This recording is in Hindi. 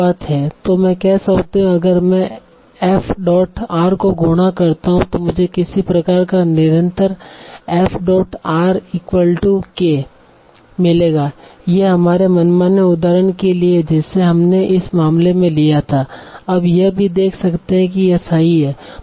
तो मैं कह सकता हूं कि अगर मैं एफ डॉट आर को गुणा करता हूं तो मुझे किसी प्रकार का निरंतर एफआरके frk मिलेगा यह हमारे मनमाने उदाहरण के लिए है जिसे हमने इस मामले में लिया था हम यह भी देख सकते हैं कि यह सही है